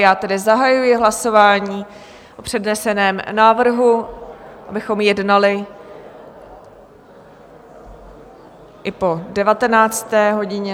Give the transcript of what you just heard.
Já tedy zahajuji hlasování o předneseném návrhu, abychom jednali i po 19. hodině.